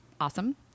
awesome